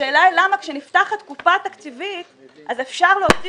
השאלה היא למה כשנפתחת קופה תקציבית אז אפשר להוציא